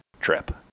trip